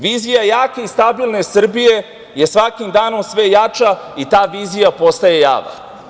Vizija jake i stabilne Srbije je svakim danom sve jača i ta vizija postaje java.